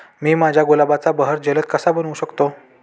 मी माझ्या गुलाबाचा बहर जलद कसा बनवू शकतो?